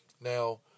Now